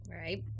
Right